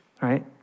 right